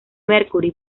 mercury